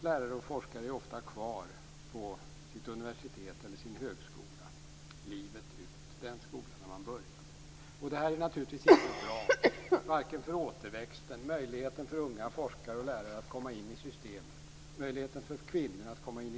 Lärare och forskare är ofta kvar livet ut på det universitet eller den högskola där de började. Detta är naturligtvis inte bra vare sig för återväxten - möjligheten för unga forskare och lärare att komma in i systemet - eller för möjligheten för kvinnor att komma in.